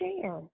share